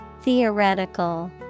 Theoretical